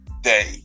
day